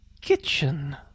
kitchen